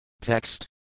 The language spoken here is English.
Text